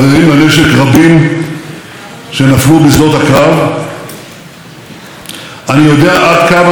אני יודע עד כמה המלחמה היא דבר רע וכואב,